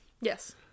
Yes